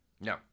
No